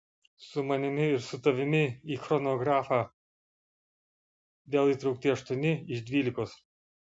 su manimi ir su tavimi į chronografą vėl įtraukti aštuoni iš dvylikos